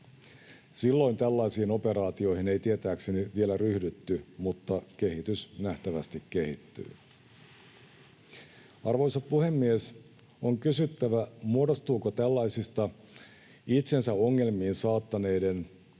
Silloin tällaisiin operaatioihin ei tietääkseni vielä ryhdytty, mutta kehitys nähtävästi kehittyy. Arvoisa puhemies! On kysyttävä, muodostuuko tällaisista itsensä ongelmiin saattaneiden ja